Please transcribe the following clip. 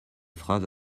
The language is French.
phrases